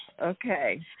Okay